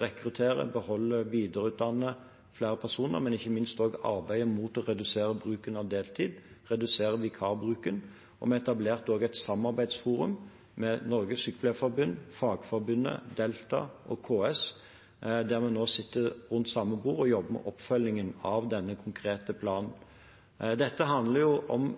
rekruttere, beholde og videreutdanne flere personer, men ikke minst også arbeidet for å redusere bruken av deltid, redusere vikarbruken. Vi etablerte også et samarbeidsforum med Norsk Sykepleierforbund, Fagforbundet, Delta og KS, der vi nå sitter rundt samme bord og jobber med oppfølgingen av denne konkrete planen. Dette handler om